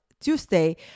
Tuesday